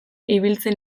ibiltzen